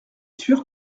sûr